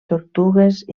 tortugues